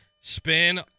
spin